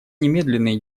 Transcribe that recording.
немедленные